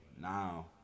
Now